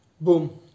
Boom